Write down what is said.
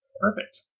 Perfect